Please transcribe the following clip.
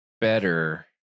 better